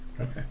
Okay